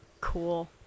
Cool